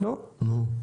לא,